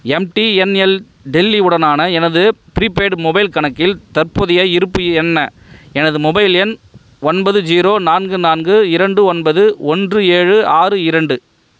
MTNL Delhi உடனான எனது prepaid mobile கணக்கில் தற்போதைய இருப்பு என்ன எனது மொபைல் எண் ஒன்பது ஜீரோ நான்கு நான்கு இரண்டு ஒன்பது ஒன்று ஏழு ஆறு இரண்டு